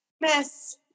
Mess